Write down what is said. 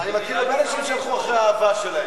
אני מכיר הרבה אנשים שהלכו אחרי האהבה שלהם,